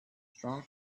strong